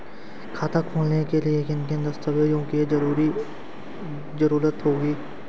खाता खोलने के लिए किन किन दस्तावेजों की जरूरत होगी?